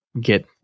get